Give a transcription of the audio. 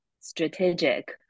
strategic